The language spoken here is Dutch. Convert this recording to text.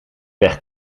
weg